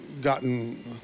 gotten